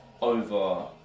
over